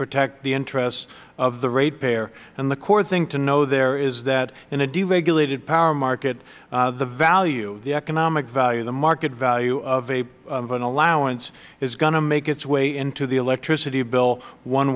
protect the interests of the ratepayer and the core thing to know there is that in a deregulated power market the value the economic value the market value of an allowance is going to make its way into the electricity bill one